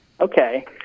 Okay